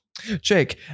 Jake